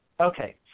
Okay